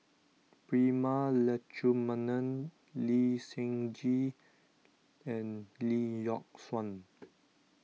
Prema Letchumanan Lee Seng Gee and Lee Yock Suan